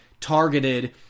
targeted